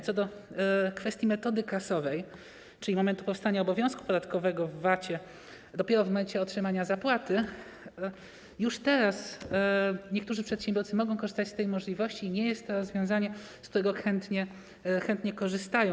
Co do kwestii metody kasowej, czyli momentu powstania obowiązku podatkowego w VAT dopiero w chwili otrzymania zapłaty, już teraz niektórzy przedsiębiorcy mogą korzystać z tej możliwości i nie jest to rozwiązanie, z którego chętnie korzystają.